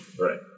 Right